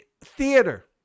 theater